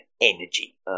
energy